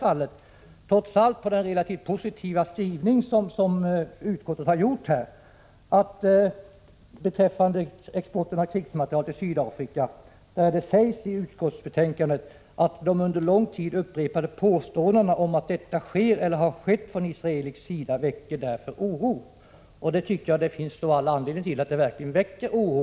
Jag tar trots allt fasta på den relativt positiva skrivning som utskottet har gjort beträffande export av krigsmateriel från Israel till Sydafrika där det sägs, att de under lång tid upprepade påståendena om att detta skett eller sker väcker oro. Det finns verkligen anledning att detta väcker oro.